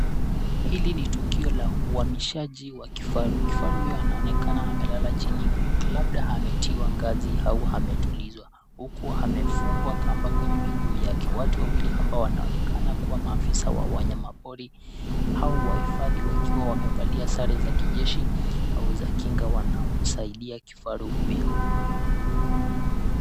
Hili ni tukio la uhamishaji wa kifaru. Kifaru huyu anaonekana amelala chini labda ametiwa ngazi au ametulizwa huku amefungwa kamba kwenye miguu yake. Watu wawili ambao wanaonekana kuwa maafisa wa wanyama pori au wahifadhi wakiwa wamevalia sare za kijeshi au za kinga wanamsaidia kifaru huyo.